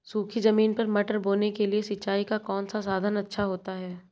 सूखी ज़मीन पर मटर बोने के लिए सिंचाई का कौन सा साधन अच्छा होता है?